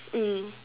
mm